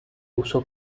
uso